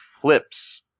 flips